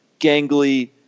gangly